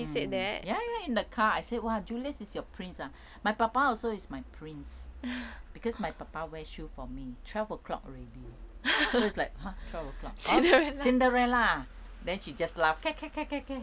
mm ya ya in the car I said !wah! julius is your prince ah my 爸爸 also is my prince because my 爸爸 wear shoe for me twelve o'clock already so it's like !huh! twelve o'clock cinderella then she just laugh